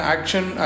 Action